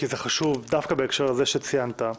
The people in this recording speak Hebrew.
כי זה חשוב דווקא בהקשר הזה שציינת,